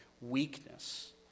weakness